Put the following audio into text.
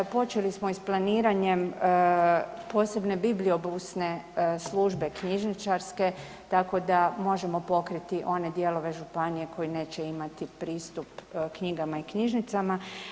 Počeli smo i s planiranjem posebne bibliobusne službe knjižničarske tako da možemo pokriti one dijelove županije koji neće imati pristup knjigama i knjižnicama.